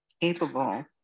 capable